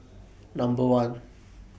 Number one